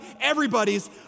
everybody's